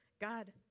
God